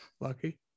lucky